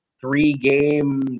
three-game